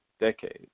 decades